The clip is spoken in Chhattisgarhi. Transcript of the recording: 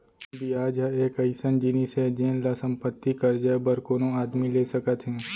बियाज ह एक अइसन जिनिस हे जेन ल संपत्ति, करजा बर कोनो आदमी ले सकत हें